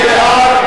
סעיף 43,